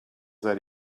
that